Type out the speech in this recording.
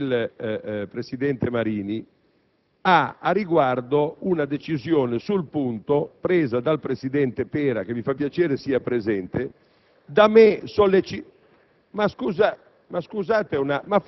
adesso ha detto il presidente Marini ha al riguardo una decisione sul punto presa dal presidente Pera, che mi fa piacere sia presente, da me sollecitata.